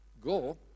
go